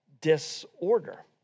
disorder